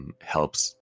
helps